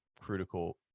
critical